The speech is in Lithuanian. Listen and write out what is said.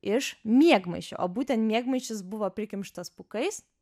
iš miegmaišio o būtent miegmaišis buvo prikimštas pūkais